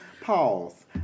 Pause